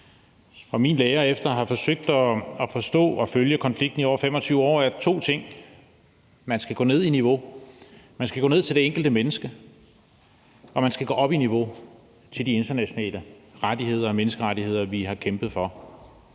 min lære efter at have forsøgt at forstå og følge konflikten i over 25 år er to ting: Man skal gå ned i niveau; man skal gå ned til det enkelte menneske. Og man skal gå op i niveau til de internationale rettigheder og menneskerettigheder, vi har kæmpet for.